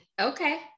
Okay